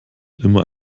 immer